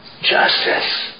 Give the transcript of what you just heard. Justice